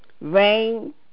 Rain